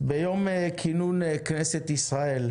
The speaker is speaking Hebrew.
ביום כינון כנסת ישראל,